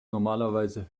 normalerweise